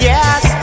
Yes